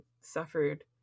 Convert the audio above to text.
suffered